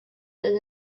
and